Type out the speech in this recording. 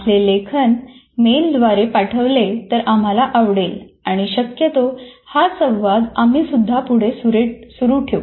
आपले लेखन मेल द्वारे पाठवले तर आम्हाला आवडेल आणि शक्यतो हा संवाद आम्हीसुद्धा पुढे सुरू ठेवू